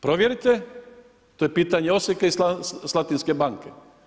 Provjerite, to je pitanje Osijeka i Slatinske banke.